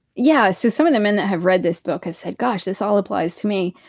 yeah. so, some of the men that have read this book have said, gosh, this all applies to me.